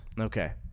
Okay